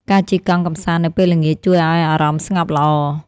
ការជិះកង់កម្សាន្តនៅពេលល្ងាច ជួយឱ្យអារម្មណ៍ស្ងប់ល្អ។